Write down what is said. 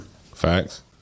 Facts